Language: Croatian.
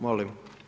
Molim.